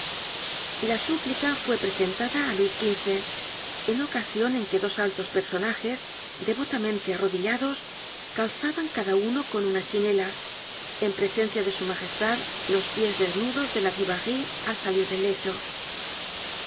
la súplica fue presentada á luis xv en ocasion en que dos altos personajes devotamente arrodillados calzaban cada uno con una chinela en presencia de s m los pies desnudos de la dubarry al salir del lecho